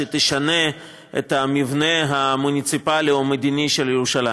שתשנה את המבנה המוניציפלי או המדיני של ירושלים.